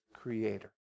creator